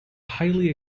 highly